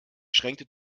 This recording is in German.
schränkte